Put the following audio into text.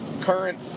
current